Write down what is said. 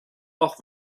auch